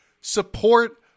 support